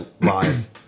live